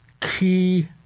key